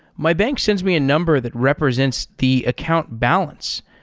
my bank sends me a number that represents the account balance.